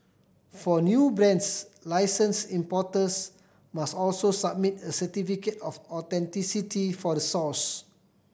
for new brands licensed importers must also submit a certificate of authenticity for the source